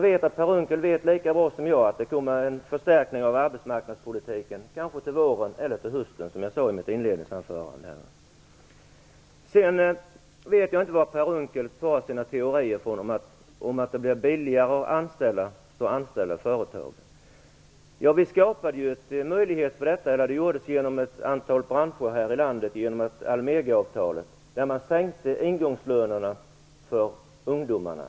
Per Unckel vet lika bra som jag att det kommer en förstärkning av arbetsmarknadspolitiken. Den kommer kanske till våren eller till hösten, som jag sade i mitt inledningsanförande. Jag vet inte var Per Unckel får sina teorier ifrån om att företagen anställer om det blir billigare att anställa. Vi skapade ju en möjlighet för detta. Det gjordes inom ett antal branscher här i landet genom ett avtal där man sänkte ingångslönerna för ungdomarna.